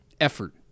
Effort